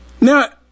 Now